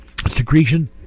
secretion